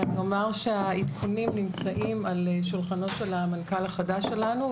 ואני אומר שהעדכונים נמצאים על שולחנו של המנכ"ל החדש שלנו,